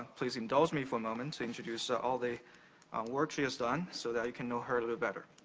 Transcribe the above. please indulge me for a moment to introduce ah all the work she as done so that you can know her a little better.